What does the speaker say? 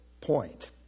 point